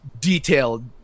detailed